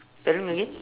spelling again